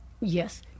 Yes